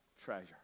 treasure